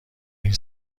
این